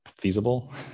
feasible